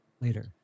later